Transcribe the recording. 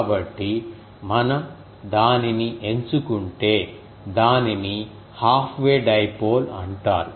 కాబట్టి మనం దానిని ఎంచుకుంటే దానిని హాఫ్ వే డైపోల్ అంటారు